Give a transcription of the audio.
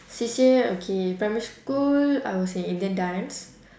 C_C_A okay primary school I was in indian dance